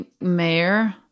mayor